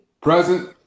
Present